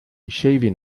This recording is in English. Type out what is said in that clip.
shaving